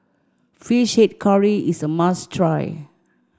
fish head curry is a must try